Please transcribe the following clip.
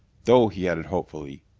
though, he added hopefully,